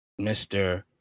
mr